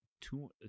two